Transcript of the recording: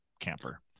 camper